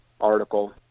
article